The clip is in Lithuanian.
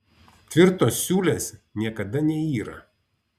tvirtos siūlės niekada neyra